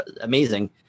amazing